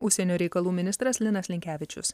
užsienio reikalų ministras linas linkevičius